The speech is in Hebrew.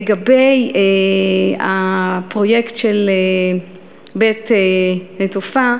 לגבי הפרויקט של בית-נטופה,